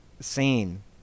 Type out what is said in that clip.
scene